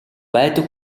байдаг